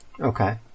Okay